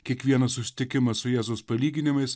kiekvienas susitikimas su jėzaus palyginimais